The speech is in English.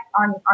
on